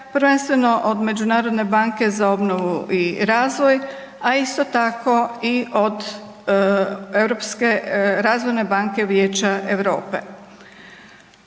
prvenstveno od Međunarodne banke za obnovu i razvoj, a isto tako i od Razvojne banke Vijeća Europe.